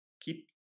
keep